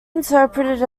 interpreted